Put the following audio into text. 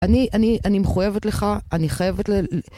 אני, אני, אני מחויבת לך, אני חייבת ל...